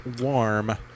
warm